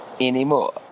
anymore